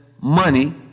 money